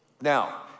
Now